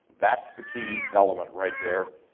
that's the key element right there.